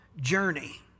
journey